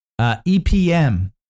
EPM